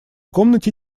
комнате